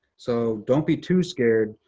so don't be too scared.